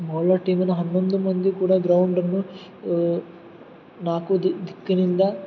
bowler ಟೀಮಿನ ಹನ್ನೊಂದು ಮಂದಿ ಕೂಡ ಗ್ರೌಂಡನ್ನು ನಾಲ್ಕು ದಿಕ್ಕಿನಿಂದ